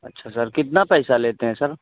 اچھا سر کتنا پیسہ لیتے ہیں سر